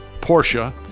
Porsche